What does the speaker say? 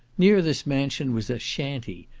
near this mansion was a shanty,